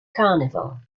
carnival